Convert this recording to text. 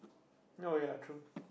oh ya true